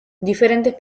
diferentes